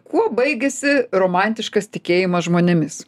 kuo baigiasi romantiškas tikėjimas žmonėmis